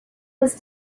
was